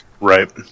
Right